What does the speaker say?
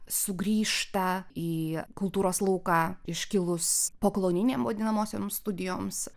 sugrįžta į kultūros lauką iškilus pokolonijinėm vadinamosioms studijoms